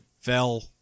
Fell